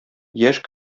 яшь